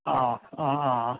अँ अँ अँ